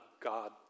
God